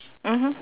mmhmm